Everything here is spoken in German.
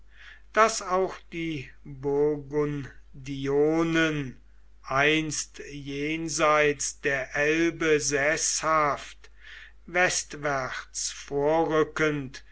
daß auch die burgundionen einst jenseits der elbe seßhaft westwärts vorrückend